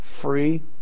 free